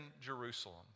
Jerusalem